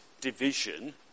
division